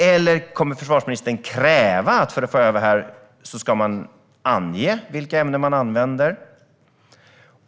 Eller kommer försvarsministern att kräva att man för att få öva här ska ange vilka ämnen man använder?